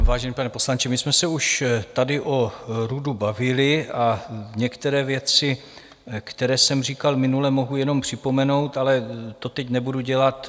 Vážený pane poslanče, my jsme se už tady o RUDu bavili a některé věci, které jsem říkal minule, mohu jenom připomenout, ale to teď nebudu dělat.